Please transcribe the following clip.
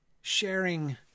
sharing